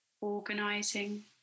organizing